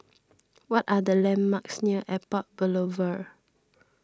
what are the landmarks near Airport Boulevard